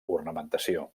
ornamentació